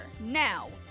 Now